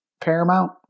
paramount